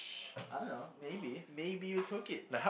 I don't know maybe maybe you took it